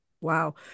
wow